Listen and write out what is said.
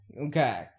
Okay